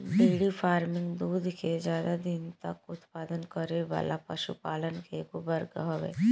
dairy farming दूध के ज्यादा दिन तक उत्पादन करे वाला पशुपालन के एगो वर्ग हवे